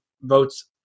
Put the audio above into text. votes